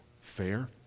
Fair